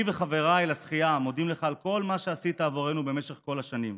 אני וחבריי לשחייה מודים לך על כל מה שעשית עבורנו במשך כל השנים.